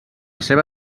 seva